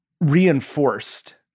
reinforced